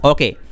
Okay